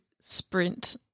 sprint